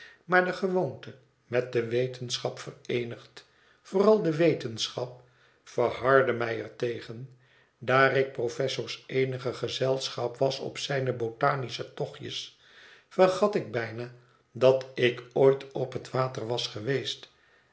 maar de gewoonte met de wetenschap vereenigd vooral de wetenschap verhardde mij ertegen daar ik professors eenig gezelschap was op zijne botanische tochtjes vergat ik bijna dat ik ooit op het water was geweest